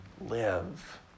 live